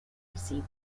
receive